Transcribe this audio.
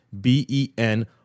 b-e-n